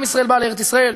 עם ישראל בא לארץ-ישראל,